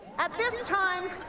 at this time,